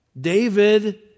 David